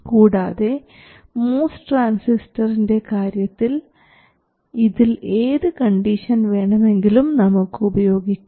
കൂടാതെ MOS ട്രാൻസിസ്റ്ററിൻറെ കാര്യത്തിൽ ഇതിൽ ഏത് കണ്ടീഷൻ വേണമെങ്കിലും നമുക്ക് ഉപയോഗിക്കാം